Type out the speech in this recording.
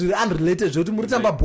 unrelated